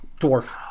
Dwarf